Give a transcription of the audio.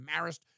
Marist